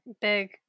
big